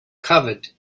covered